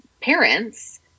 parents